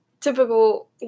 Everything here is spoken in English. typical